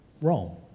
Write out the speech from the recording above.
Rome